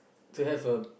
to have a